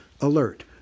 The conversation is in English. alert